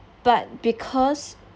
but because